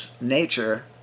nature